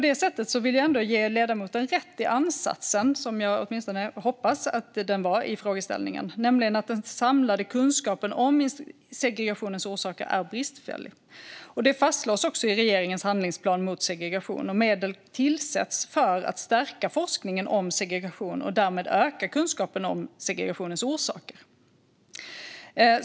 Där vill jag ändå ge ledamoten rätt i ansatsen, så som jag åtminstone hoppas att den var i frågeställningen, nämligen att den samlade kunskapen om segregationens orsaker är bristfällig. Det fastslås också i regeringens handlingsplan mot segregation. Medel tillsätts för att stärka forskningen om segregation och därmed öka kunskapen om segregationens orsaker.